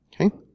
Okay